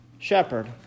Shepherd